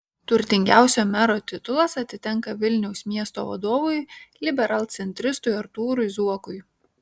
turtingiausio mero titulas atitenka vilniaus miesto vadovui liberalcentristui artūrui zuokui